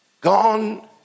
gone